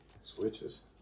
Switches